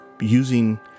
using